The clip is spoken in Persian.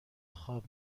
خواب